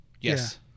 Yes